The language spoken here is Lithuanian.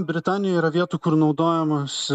britanijoj yra vietų kur naudojamas